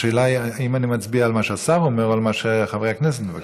השאלה היא אם אני מצביע על מה שהשר אומר או על מה שחברי הכנסת מבקשים.